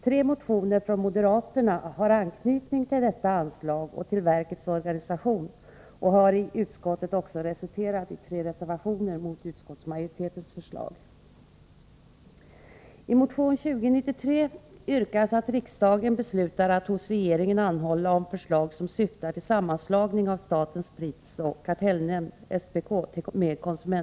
Tre motioner från moderaterna har anknytning till detta anslag och till verkets organisation och har i utskottet också resulterat i tre reservationer mot utskottsmajoritetens förslag.